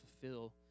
fulfill